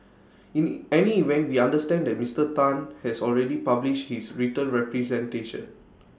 in any event we understand that Mister Tan has already published his written representation